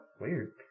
weird